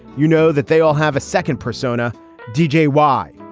you know that they all have a second persona d j, why?